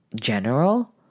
general